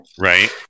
right